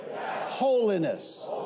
holiness